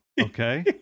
Okay